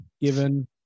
given